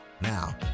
Now